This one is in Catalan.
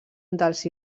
dels